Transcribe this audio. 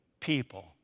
people